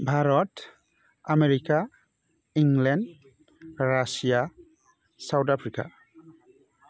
Bharat America England Russia South Africa